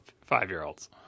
five-year-olds